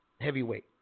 heavyweight